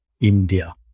India